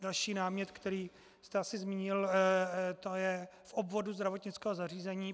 Další námět, který jste asi zmínil, to je v obvodu zdravotnického zařízení.